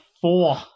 four